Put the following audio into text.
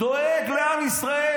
הוא דואג לעם ישראל,